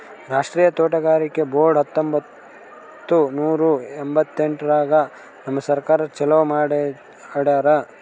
ರಾಷ್ಟ್ರೀಯ ತೋಟಗಾರಿಕೆ ಬೋರ್ಡ್ ಹತ್ತೊಂಬತ್ತು ನೂರಾ ಎಂಭತ್ತೆಂಟರಾಗ್ ನಮ್ ಸರ್ಕಾರ ಚಾಲೂ ಮಾಡ್ಯಾರ್